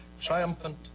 triumphant